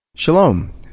Shalom